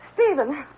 Stephen